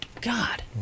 God